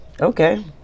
Okay